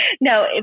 No